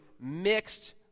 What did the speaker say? mixed